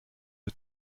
que